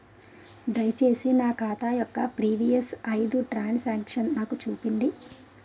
దయచేసి నా ఖాతా యొక్క ప్రీవియస్ ఐదు ట్రాన్ సాంక్షన్ నాకు చూపండి